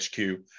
HQ